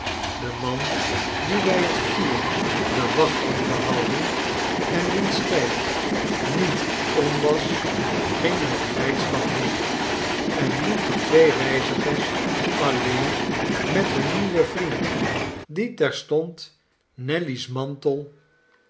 de man die bij het vuur de wacht had gehouden en wiens tijd nu om was ging met blijdschap heen en liet de twee reizigers alleen met hun nieuwen vriend die terstond nelly's mantel